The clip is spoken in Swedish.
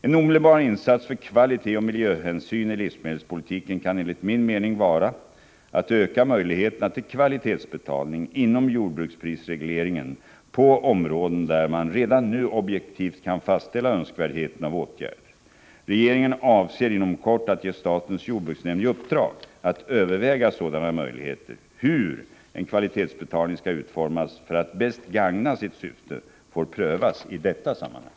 En omedelbar insats för kvalitet och miljöhänsyn i livsmedelspolitiken kan enligt min mening vara att öka möjligheterna till kvalitetsbetalning inom jordbruksprisregleringen på områden där man redan nu objektivt kan fastställa önskvärdheten av vissa åtgärder. Regeringen avser inom kort att ge statens jordbruksnämnd i uppdrag att överväga sådana möjligheter. Hur en kvalitetsbetalning skall utformas för att bäst gagna sitt syfte får prövas i detta sammanhang.